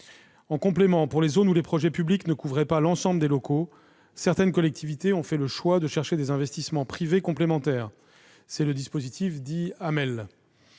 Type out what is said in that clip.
En complément, pour les zones où les projets publics ne couvraient pas l'ensemble des locaux, certaines collectivités ont fait le choix de chercher des investissements privés complémentaires- c'est le dispositif dit AMEL.